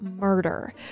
murder